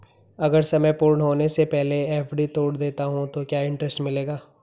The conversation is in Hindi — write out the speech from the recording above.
अगर समय पूर्ण होने से पहले एफ.डी तोड़ देता हूँ तो क्या इंट्रेस्ट मिलेगा?